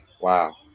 Wow